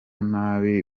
nabi